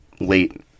Late